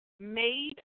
made